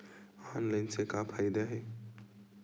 Online से का फ़ायदा हे?